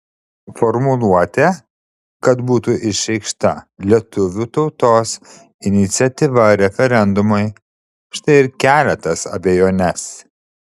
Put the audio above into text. formuluotė kad būtų išreikšta lietuvių tautos iniciatyva referendumui štai ir kelia tas abejones